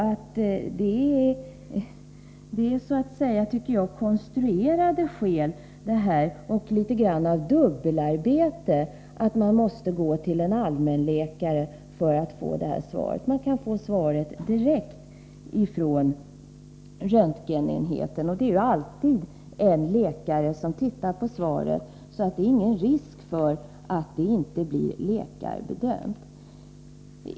Det är så att säga konstruerade skäl och innebär dubbelarbete att man måste gå till en allmänläkare för att få svaret. Man kan få svaret direkt från röntgenenheten. Det är ju alltid en läkare som tittar på svaret, så det finns inte någon risk för att det inte blir läkarbedömt.